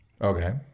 Okay